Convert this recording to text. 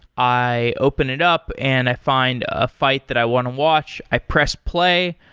i open it up and i find a fight that i want to watch. i press play.